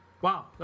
Wow